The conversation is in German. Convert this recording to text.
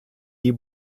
die